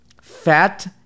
fat